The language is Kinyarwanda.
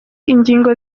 ingingo